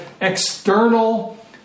external